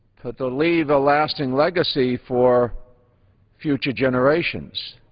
but to leave a lasting legacy for future generations.